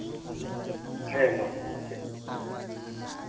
ᱦᱮᱸ ᱢᱟ ᱞᱟᱹᱭᱢᱮ ᱪᱮᱫ